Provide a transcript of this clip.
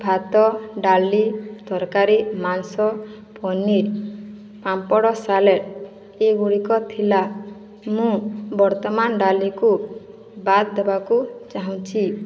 ଭାତ ଡାଲି ତରକାରୀ ମାଂସ ପନିର ପାମ୍ପଡ଼ ସାଲାଡ଼ ଏଗୁଡ଼ିକ ଥିଲା ମୁଁ ବର୍ତ୍ତମାନ ଡାଲିକୁ ବାଦ ଦେବାକୁ ଚାହୁଁଛି